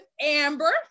Amber